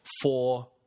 four